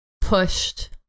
pushed